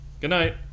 Goodnight